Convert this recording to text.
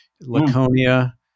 Laconia